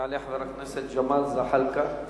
יעלה חבר הכנסת ג'מאל זחאלקה,